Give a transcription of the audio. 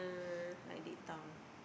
like dead town